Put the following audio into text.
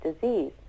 disease